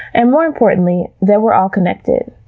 and more importantly, that we're all connected.